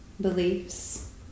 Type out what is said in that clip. beliefs